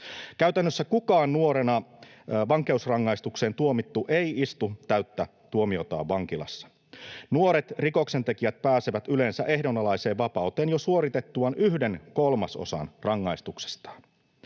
Käytännössä kukaan nuorena vankeusrangaistukseen tuomittu ei istu täyttä tuomiotaan vankilassa. Nuoret rikoksentekijät pääsevät yleensä ehdonalaiseen vapauteen jo suoritettuaan yhden kolmasosan rangaistuksestaan.